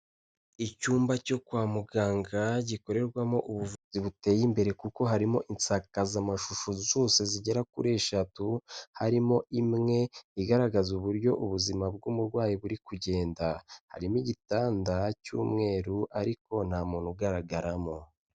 Icyumba cyo kwa muganga gikorerwamo ubuvuzi buteye imbere kuko harimo insakazamashusho zose zigera kuri eshatu, harimo imwe igaragaza uburyo ubuzima bw'umurwayi buri kugenda, harimo igitanda cy'umweru ariko nta muntu ugaragaramo.